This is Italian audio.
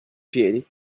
piedi